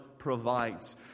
Provides